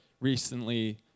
recently